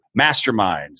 masterminds